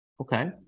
Okay